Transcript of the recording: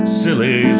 silly